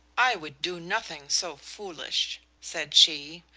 i would do nothing so foolish, said she.